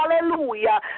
hallelujah